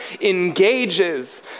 engages